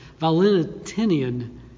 Valentinian